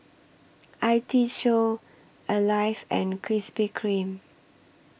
I T Show Alive and Krispy Kreme